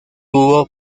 tuvo